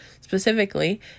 specifically